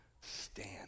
Stand